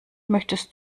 möchtest